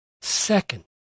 Second